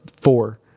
four